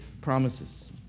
promises